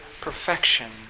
perfection